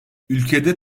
ülkede